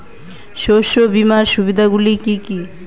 শস্য বিমার সুবিধাগুলি কি কি?